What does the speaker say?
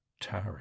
tarry